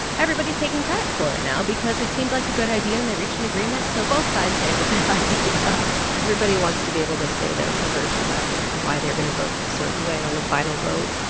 everybody is taking credit for it now because it seemed like a good idea. and they reached an agreement. so both sides say it was their idea everybody wants to be able to say their words about why they're going to vote the certain way on the final vote.